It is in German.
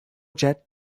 jet